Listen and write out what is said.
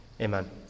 Amen